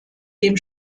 dem